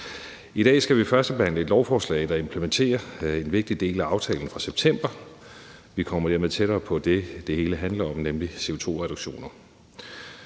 I dag skal vi førstebehandle et lovforslag, der implementerer en vigtig del af aftalen fra september. Vi kommer dermed tættere på det, det hele handler om, nemlig CO2-reduktioner.